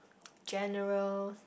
general